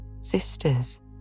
Sisters